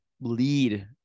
lead